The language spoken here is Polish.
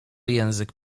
język